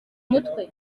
umutwe